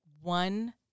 one